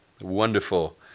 wonderful